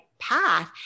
path